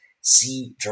See